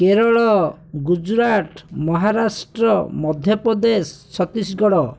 Kerala Gujarat Maharashtra Madhya Pradesh Chhattisgarh